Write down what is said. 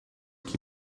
que